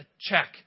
check